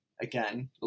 again